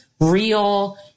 real